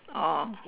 oh